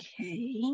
okay